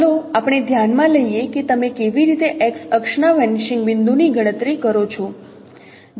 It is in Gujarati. ચાલો આપણે ધ્યાનમાં લઈએ કે તમે કેવી રીતે X અક્ષના વેનીશિંગ બિંદુની ગણતરી કરો છો